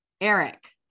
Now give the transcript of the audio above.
eric